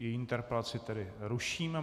Její interpelaci tedy ruším.